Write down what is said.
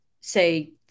say